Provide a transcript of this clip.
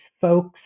folks